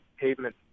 pavement